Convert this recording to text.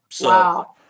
Wow